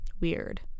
weird